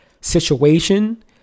situation